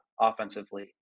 offensively